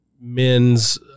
men's